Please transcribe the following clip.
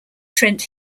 trent